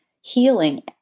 healing